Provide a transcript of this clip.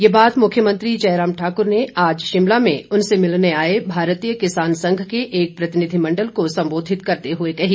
ये बात मुख्यमंत्री जयराम ठाकुर ने आज शिमला में उनसे मिलने आए भारतीय किसान संघ के एक प्रतिनिधिमंडल को सम्बोधित करते हुए कही